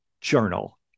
Journal